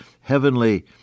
heavenly